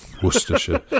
Worcestershire